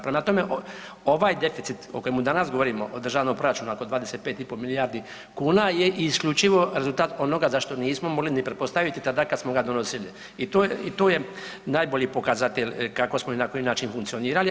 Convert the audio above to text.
Prema tome, ovaj deficit o kojemu danas govorimo od državnog proračuna oko 25 i po milijardi kuna je isključivo rezultat onoga zašto nismo mogli ni pretpostaviti tada kad smo ga donosili i to je, i to je najbolji pokazatelj kako smo i na koji način funkcionirali.